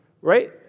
right